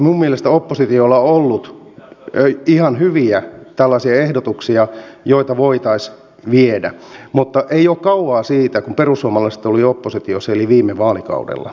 minun mielestäni oppositiolla on ollut ihan hyviä tällaisia ehdotuksia joita voitaisiin viedä mutta ei ole kauaa siitä kun perussuomalaiset olivat oppositiossa eli viime vaalikaudella